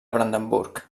brandenburg